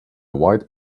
white